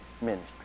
ministry